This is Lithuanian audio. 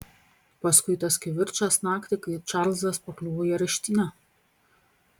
paskui tas kivirčas naktį kai čarlzas pakliuvo į areštinę